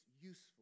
useful